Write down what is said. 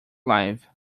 live